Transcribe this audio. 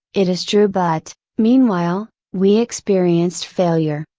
it is true but, meanwhile, we experienced failure,